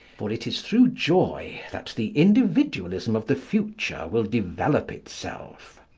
for it is through joy that the individualism of the future will develop itself.